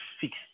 fixed